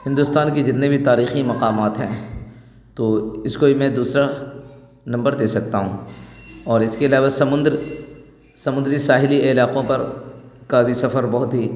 ہندوستان کے جتنے بھی تاریخی مقامات ہیں تو اس کو میں دوسرا نمبر دے سکتا ہوں اور اس کے علاوہ سمندر سمندری ساحلی علاقوں پر کا بھی سفر بہت ہی